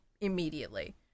immediately